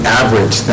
average